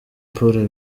paul